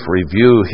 review